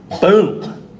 Boom